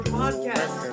podcast